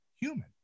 human